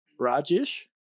Rajish